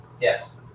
Yes